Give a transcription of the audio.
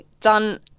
done